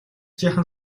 жаахан